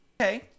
Okay